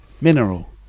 mineral